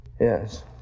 Yes